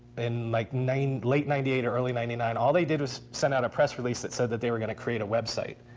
in like late ninety eight or early ninety nine. all they did was send out a press release that said that they were going to create a website.